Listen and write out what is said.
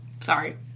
Sorry